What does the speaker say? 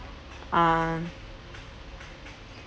ah